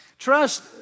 Trust